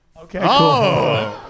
Okay